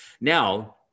Now